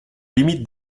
limite